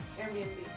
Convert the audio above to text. Airbnb